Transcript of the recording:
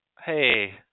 Hey